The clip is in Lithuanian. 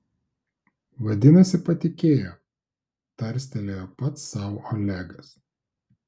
vadinasi patikėjo tarstelėjo pats sau olegas